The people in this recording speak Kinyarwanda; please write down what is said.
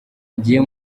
agiye